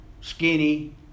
skinny